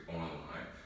online